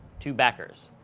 to backers.